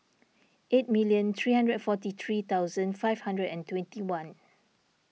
eight million three hundred and forty three thousand five hundred and twenty one